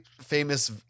famous